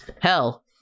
Hell